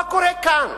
מה קורה כאן?